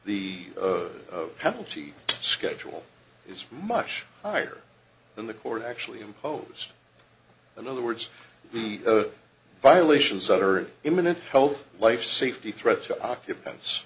the penalty schedule is much higher than the court actually impose in other words the violations that are imminent health life safety threat to occupants